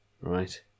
right